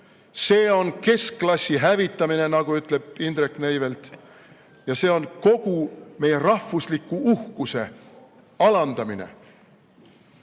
See on keskklassi hävitamine, nagu ütleb Indrek Neivelt, ja see on kogu meie rahvusliku uhkuse alandamine.